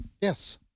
Yes